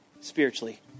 spiritually